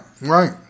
right